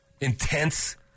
intense